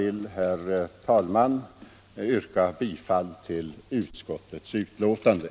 Jag ber att få yrka bifall till utskottets hemställan.